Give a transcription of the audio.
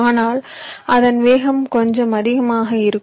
ஆனால் அதன் வேகம் கொஞ்சம் அதிகமாக இருக்கும்